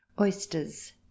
oysters